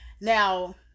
Now